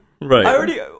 right